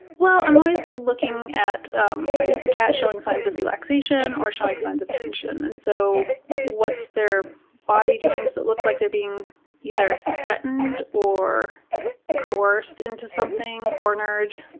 well, i'm always looking at um is the cat showing signs of relaxation or showing signs of tension? and so what's their body doing? does it look like they're being either threatened or coerced into something, cornered?